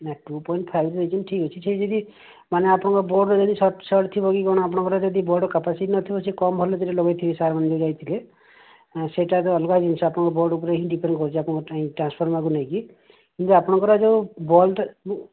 ନାଇ two point five ର ନେଇଛନ୍ତି ଠିକ୍ ଅଛି ସେ ଯଦି ମାନେ ଆପଣଙ୍କ ବୋର୍ଡ଼ ଯଦି ସର୍ଟସଟ୍ ଥିବ କି କ'ଣ ଆପଣଙ୍କର ର ଯଦି ବୋର୍ଡ଼ କାପାସିଟି ନଥିବ ସେ କମ୍ ଭୋଲ୍ଟେଜ୍ ରେ ଲଗେଇ ଥିବେ ସାର୍ ମାନେ ଯୋଉ ଯାଇଥିଲେ ଆଁ ସେଇଟାର ଅଲଗା ଜିନିଷ ଆପଣଙ୍କ ବୋର୍ଡ଼ ଉପରେ ହିଁ ଡିପେଣ୍ଡ୍ କରୁଛି ଆପଣଙ୍କ ଟ୍ରାନ୍ସଫର୍ମାକୁ ନେଇକି କିନ୍ତୁ ଆପଣଙ୍କର ଯୋଉ ବଲ୍ବ୍ଟା ମୁଁ